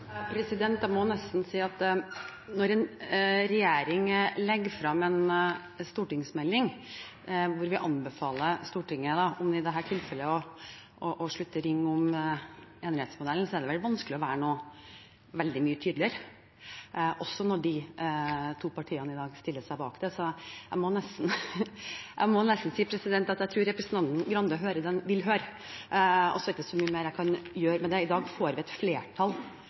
Når en regjering legger frem en stortingsmelding hvor vi anbefaler Stortinget – i dette tilfellet – å slutte ring om enerettsmodellen, så er det vanskelig å være veldig mye tydeligere, også når de to partiene i dag stiller seg bak det. Så jeg må nesten si at jeg tror representanten Grande hører det han vil høre, og så er det ikke så mye mer jeg kan gjøre med det. I dag får vi et flertall